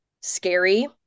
scary